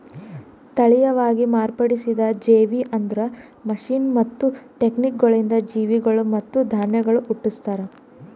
ತಳಿಯವಾಗಿ ಮಾರ್ಪಡಿಸಿದ ಜೇವಿ ಅಂದುರ್ ಮಷೀನ್ ಮತ್ತ ಟೆಕ್ನಿಕಗೊಳಿಂದ್ ಜೀವಿಗೊಳ್ ಮತ್ತ ಧಾನ್ಯಗೊಳ್ ಹುಟ್ಟುಸ್ತಾರ್